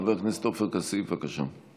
חבר הכנסת עופר כסיף, בבקשה.